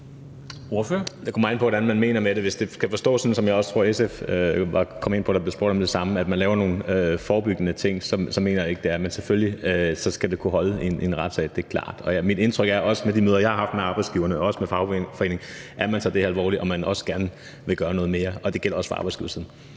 jeg også tror SF, der blev spurgt om det samme, kom ind på, hvor man laver nogle forebyggende ting, så mener jeg ikke, det er det. Men selvfølgelig skal det kunne holde i en retssag – det er klart. Og mit indtryk er også på baggrund af de møder, jeg har haft med arbejdsgiverne og også med fagforeningen, at man tager det her alvorligt, og at man også gerne vil gøre noget mere. Det gælder også for arbejdsgiversiden.